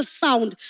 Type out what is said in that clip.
sound